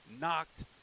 knocked